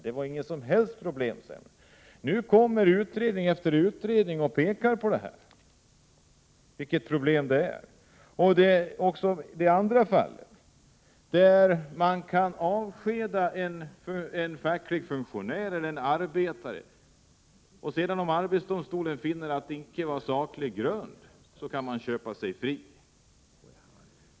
Det var inga som helst problem, menade man då, men nu kommer utredning efter utredning och pekar på problemen. Detsamma gäller ogiltig uppsägning. Man kan alltså avskeda en facklig funktionär eller arbetare, och om arbetsdomstolen sedan finner att saklig grund icke förelåg för avskedandet, så kan man köpa sig fri.